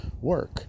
work